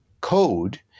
code